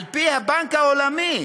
"על-פי הבנק העולמי,